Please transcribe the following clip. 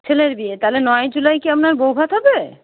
ছেলের বিয়ে তাহলে নয়ই জুলাই কি আপনার বউভাত হবে